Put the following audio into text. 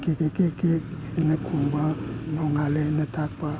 cake ꯀꯦꯛ ꯀꯦꯛ ꯀꯦꯛꯅ ꯈꯣꯡꯕ ꯅꯣꯡꯉꯥꯜꯂꯦꯅ ꯇꯥꯛꯄ